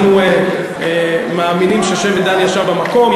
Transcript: אנחנו מאמינים ששבט דן ישב במקום.